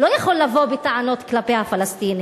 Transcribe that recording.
לא יכול לבוא בטענות כלפי הפלסטינים.